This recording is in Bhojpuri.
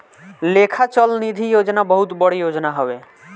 लेखा चल निधी योजना बहुत बड़ योजना हवे